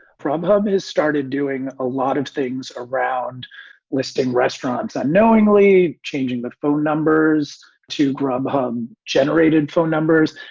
from hubbins has started doing a lot of things around listing restaurants and knowingly changing the phone numbers to grubhub generated phone numbers.